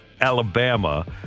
Alabama